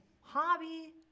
hobby